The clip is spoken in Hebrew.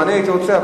גם אני הייתי רוצה,